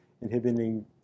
inhibiting